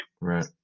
Right